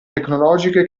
tecnologiche